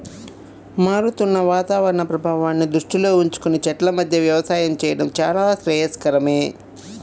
మారుతున్న వాతావరణ ప్రభావాన్ని దృష్టిలో ఉంచుకొని చెట్ల మధ్య వ్యవసాయం చేయడం చాలా శ్రేయస్కరమే